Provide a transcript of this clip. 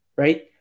Right